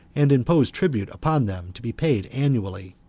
and imposed tribute upon them, to be paid annually.